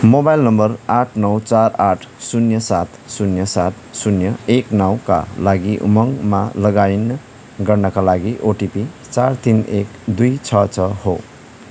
mobile number आठ नौ चार आठ शून्य सात शून्य सात शून्य एक नौका लागि उमङमा लगइन गर्नका लागि ओटिपी चार तिन एक दुइ छ छ हो